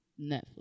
Netflix